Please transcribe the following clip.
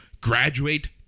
graduate